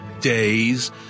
days